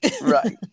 Right